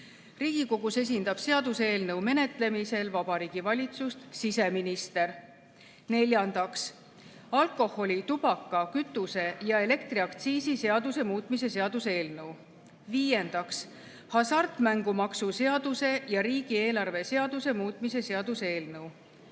Riigikogus esindab seaduseelnõu menetlemisel Vabariigi Valitsust siseminister. Neljandaks, alkoholi‑, tubaka‑, kütuse‑ ja elektriaktsiisi seaduse muutmise seaduse eelnõu. Viiendaks, hasartmängumaksu seaduse ja riigieelarve seaduse muutmise seaduse eelnõu.